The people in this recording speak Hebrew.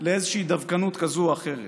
תוכניות מתאר.